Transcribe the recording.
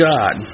God